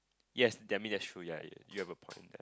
yes damn it that's true ya you have a point